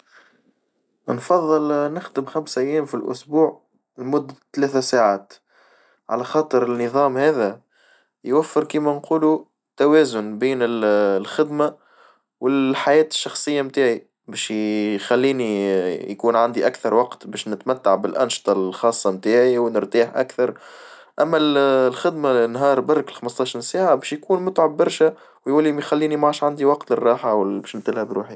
منفظل نخدم خمس أيام في الأسبوع لمدة ثلاثة ساعات على خاطر النظام هذا يوفر كيما نقولو توازن بين الخدمة والحياة الشخصية متاعي باش يخليني يكون عندي أكثر وقت باش نتمتع بالأنشطة الخاصة نتاعي ونرتاح أكثر، أما الخدمة نهار برك الخمستاشر ساعة باش يكون متعب برشا، ويولي ما يخليني ماش عندي وقت للراحة باش طلع بروحي.